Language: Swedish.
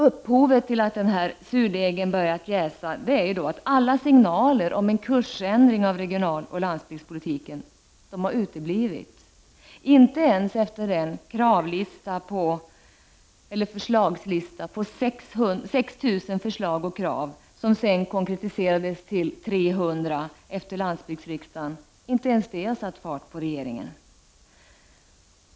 Upphovet till att surdegen har börjat jäsa är att alla signaler om en kursändring av regionaloch landsbygdspolitiken har uteblivit. Inte ens den lista på över 6 000 förslag och krav, som sedan konkretiserades till 300 efter landsbygdsriksdagen, har satt fart på regeringen.